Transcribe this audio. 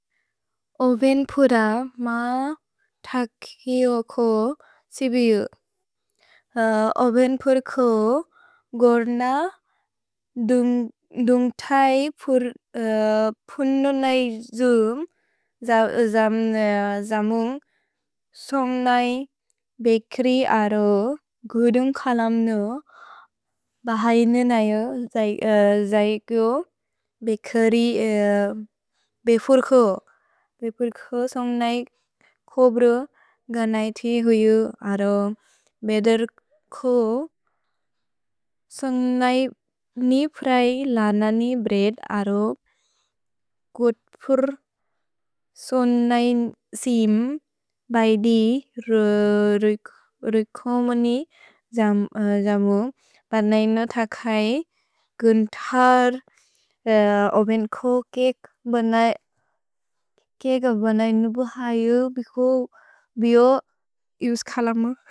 ओवेन्पुर मा थकिओको त्सेबियु। ओवेन्पुर को गोर्न दुन्ग्तैपुर् पुनुनै द्जुम् जमुन्ग् सोम्नै बेकरि अरो गुदुन्ग् कलम्नु बहैनन् अयो जैक्यो बेकरि बेफुर्को। भेफुर्को सोम्नै कोब्र गनैति हुयु अरो बेदर्को। सोम्नै नि प्रए लननि ब्रेद् अरो गुद्पुर् सोम्नै सिम् बैदि रु रुकोमनि जमु। ओवेन्पुर मा थकिओको त्सेबियु। ओवेन्पुर को गोर्न दुन्ग्तैपुर् पुनुनै द्जुम् जमुन्ग् सोम्नै बेकरि अरो गुदुन्ग् कलम्नु।